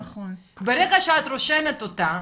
ברגע שאת רושמת אותה,